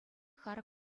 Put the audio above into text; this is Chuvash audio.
харӑк